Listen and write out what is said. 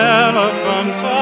elephant's